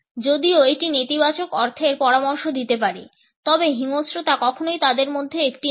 যদিও এটি নেতিবাচক অর্থের পরামর্শ দিতে পারে তবে হিংস্রতা কখনই তাদের মধ্যে একটি নয়